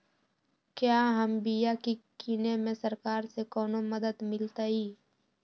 क्या हम बिया की किने में सरकार से कोनो मदद मिलतई?